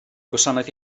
gwasanaeth